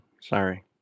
sorry